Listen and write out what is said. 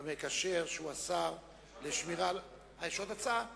המקשר שהוא השר, יש עוד הצעה.